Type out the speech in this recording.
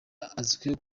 azwiho